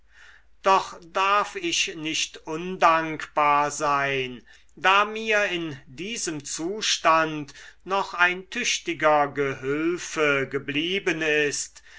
doch darf ich nicht undankbar sein da mir in diesem zustand noch ein tüchtiger gehülfe geblieben ist